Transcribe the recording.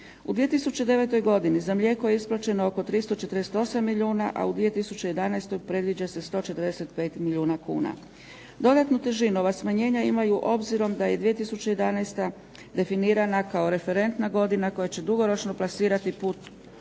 U 2009. godini, za mlijeko je isplaćeno oko 348 milijuna a u 2011. predviđa se 145 milijuna kuna. Dodatnu težinu ova smanjenja imaju obzirom da je 2011. definirana kao referentna godina koja će dugoročno plasirati put